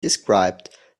described